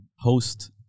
host